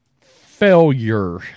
failure